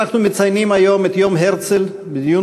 אנחנו מציינים היום את יום הרצל בדיון